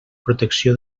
protecció